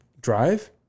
drive